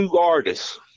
artists